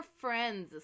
friends